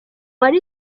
ally